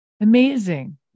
Amazing